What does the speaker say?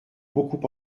beaucoup